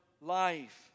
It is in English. life